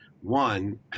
One